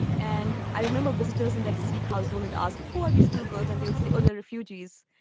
and i remember visitors in that sikh cause woollett ask who are these two girls? and they would say, oh, they're refugees.